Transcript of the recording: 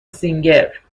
سینگر